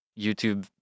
youtube